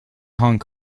hong